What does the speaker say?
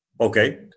okay